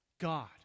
God